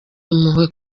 impuhwe